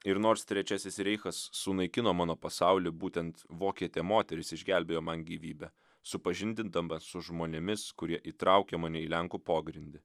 ir nors trečiasis reichas sunaikino mano pasaulį būtent vokietė moteris išgelbėjo man gyvybę supažindindamas su žmonėmis kurie įtraukė mane į lenkų pogrindį